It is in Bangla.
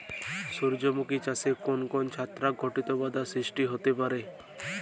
সূর্যমুখী চাষে কোন কোন ছত্রাক ঘটিত বাধা সৃষ্টি হতে পারে?